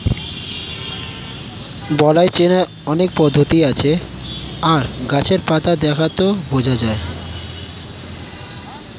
বালাই চেনার অনেক পদ্ধতি আছে আর গাছের পাতা দেখে তা বোঝা যায়